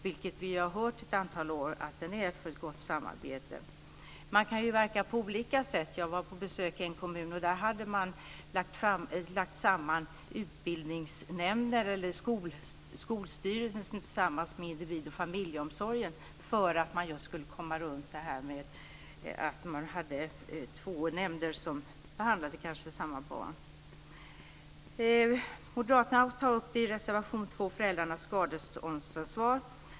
Vi har under ett antal år hört att den är i vägen för ett gott samarbete. Man kan verka på olika sätt. Jag var på besök i en kommun, och där hade man lagt samman skolstyrelsen med individ och familjeomsorgen, just för att komma runt att det fanns två nämnder som behandlade samma barn. Moderaterna tar i reservation 2 upp frågan om föräldrars skadeståndsansvar.